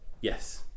yes